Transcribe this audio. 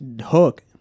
hook